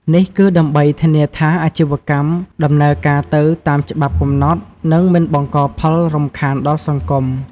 នេះគឺដើម្បីធានាថាអាជីវកម្មដំណើរការទៅតាមច្បាប់កំណត់ និងមិនបង្កផលរំខានដល់សង្គម។